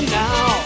now